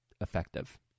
effective